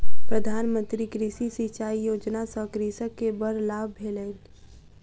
प्रधान मंत्री कृषि सिचाई योजना सॅ कृषक के बड़ लाभ भेलैन